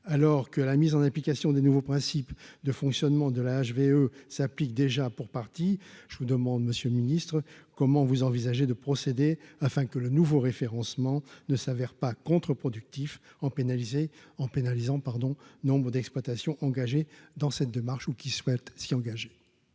alors que la mise en application des nouveaux principes de fonctionnement de la HVE s'applique déjà pour partie, je vous demande, monsieur le ministre comment vous envisagez de procéder afin que le nouveau référencement ne s'avère pas contre-productif en pénalisé en pénalisant pardon nombre d'exploitations engagées dans cette démarche ou qui souhaitent s'y engager.